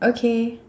okay